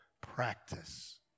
practice